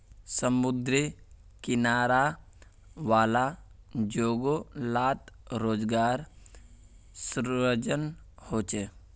समुद्री किनारा वाला जोगो लात रोज़गार सृजन होचे